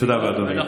תודה רבה, אדוני.